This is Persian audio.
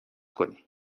کنی